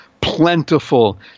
plentiful